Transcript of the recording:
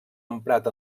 emprat